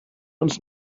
uns